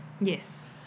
Yes